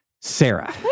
Sarah